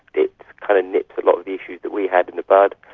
it kind of nipped a lot of the issues that we had in the bud,